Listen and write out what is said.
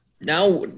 Now